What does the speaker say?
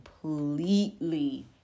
completely